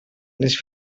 les